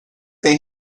they